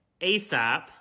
ASAP